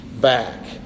back